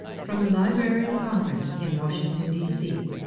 from the library of congress in washington, dc.